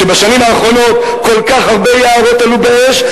שבשנים האחרונות כל כך הרבה יערות עלו באש,